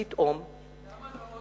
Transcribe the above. פתאום, למה לא?